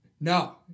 no